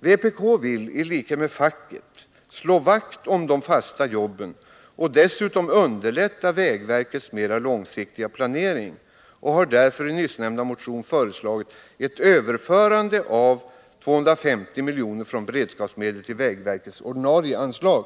Vpk vill i likhet med facket slå vakt om de fasta jobben och dessutom underlätta vägverkets mera långsiktiga planering och har därför i nyssnämnda motion föreslagit ett överförande av 250 miljoner från beredskapsmedel till vägverkets ordinarie anslag.